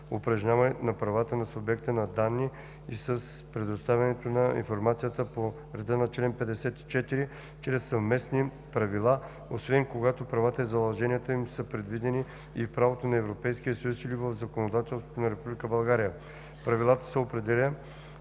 упражняването на правата на субекта на данни и с предоставянето на информацията по реда на чл. 54 чрез съвместни правила, освен когато правата и задълженията им са предвидени в правото на Европейския съюз или в законодателството на Република България. В правилата се определя